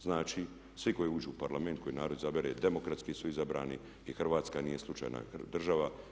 Znači svi koji uđu u Parlament koji narod izabere, demokratski su izabrani i Hrvatska nije slučajna država.